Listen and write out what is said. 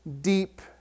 deep